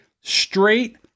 straight